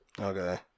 Okay